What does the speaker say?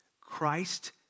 Christ